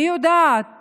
אני יודעת